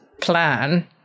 plan